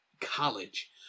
college